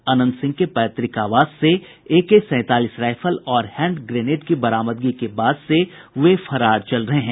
अनंत सिंह के पैतृक आवास से एके सैंतालीस राईफल और हैंड ग्रेनेड की बरामदगी के बाद से वे फरार चल रहे हैं